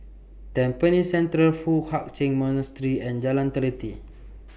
Tampines Central Foo Hai Ch'An Monastery and Jalan Teliti